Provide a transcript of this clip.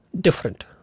Different